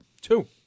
two